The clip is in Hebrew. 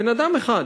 בן-אדם אחד,